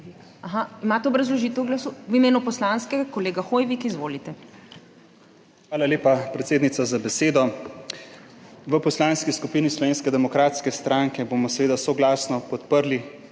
Aha, imate obrazložitev glasu v imenu poslanske. Kolega Hoivik, izvolite. ANDREJ HOIVIK (PS SDS): Hvala lepa, predsednica, za besedo. V Poslanski skupini Slovenske demokratske stranke bomo seveda soglasno podprli